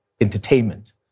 entertainment